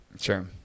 Sure